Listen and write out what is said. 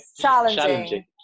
Challenging